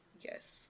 yes